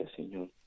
Señor